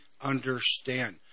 understand